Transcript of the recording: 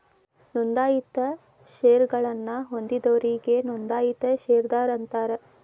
ನೋಂದಾಯಿತ ಷೇರಗಳನ್ನ ಹೊಂದಿದೋರಿಗಿ ನೋಂದಾಯಿತ ಷೇರದಾರ ಅಂತಾರ